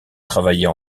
travailler